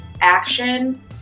action